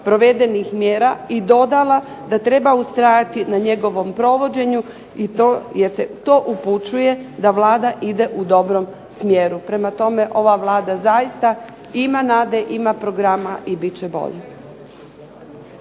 provedenih mjera i dodala da treba ustrajati na njegovom provođenju jer se to upućuje da Vlada ide u dobrom smjeru. Prema tome ova Vlada zaista ima nade, ima programa i bit će bolje.